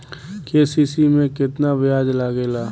KCC में केतना ब्याज लगेला?